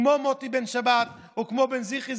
כמו מוטי בן שבת וכמו בן זיקרי,